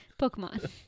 Pokemon